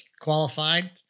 qualified